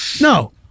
No